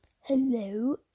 Hello